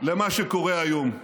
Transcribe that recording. למה שקורה היום.